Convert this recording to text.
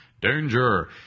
danger